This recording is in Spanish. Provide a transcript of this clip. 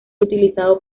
utilizado